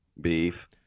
beef